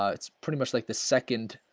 ah it's pretty much like the second